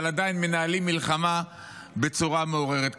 אבל עדיין מנהלים מלחמה בצורה מעוררת כבוד.